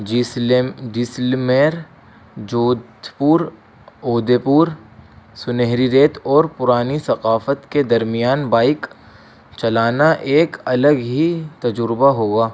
جس Jaisalmer Jodhpur Udaipur سنہری ریت اور پرانی ثقافت کے درمیان بائک چلانا ایک الگ ہی تجربہ ہوا